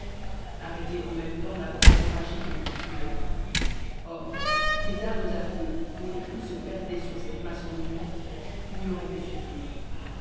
arrêter en même temps la bande enragée qui le poursuivait or les armes à feu dont les coups se perdaient sur cette masse en mouvement n'y auraient pu suffire